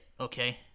okay